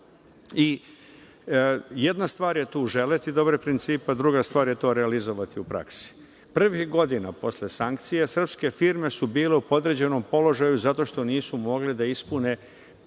Jedna stvar je tu želeti dobre principe, druga stvar je to realizovati u praksi. Prvih godina posle sankcije srpske firme su bile u podređenom položaju zato što nisu mogle da ispune